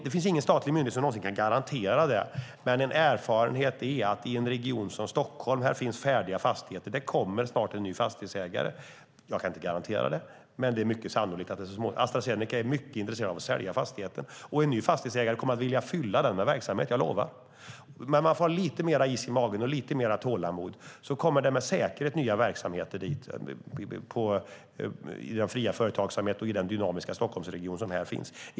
Det finns ingen statlig myndighet som någonsin kan garantera detta, men en erfarenhet är att det i en region som Stockholm snart kommer en ny fastighetsägare när det finns färdiga fastigheter. Jag kan inte garantera det, men det är mycket sannolikt. Astra Zeneca är mycket intresserade av att sälja fastigheter, och en ny fastighetsägare kommer att vilja fylla den med verksamhet - jag lovar. Man får ha lite mer is i magen och lite mer tålamod. Det kommer med säkerhet nya verksamheter dit i och med den fria företagsamheten och den dynamiska Stockholmsregion som finns här.